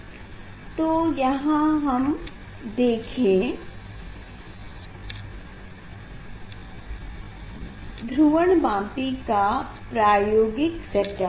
देखें स्लाइड समय 3618 तो यहाँ देखें ये है ध्रुवणमापी का प्रायोगिक सेट अप